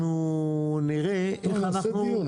לא, נעשה דיון.